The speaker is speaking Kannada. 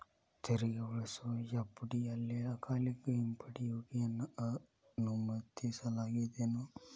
ತೆರಿಗೆ ಉಳಿಸುವ ಎಫ.ಡಿ ಅಲ್ಲೆ ಅಕಾಲಿಕ ಹಿಂಪಡೆಯುವಿಕೆಯನ್ನ ಅನುಮತಿಸಲಾಗೇದೆನು?